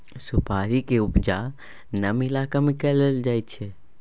सुपारी के उपजा नम इलाका में करल जाइ छइ